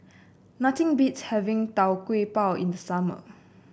nothing beats having Tau Kwa Pau in the summer